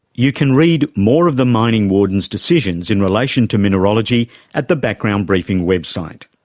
you can read more of the mining warden's decisions in relation to mineralogy at the background briefing website.